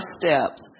steps